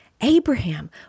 Abraham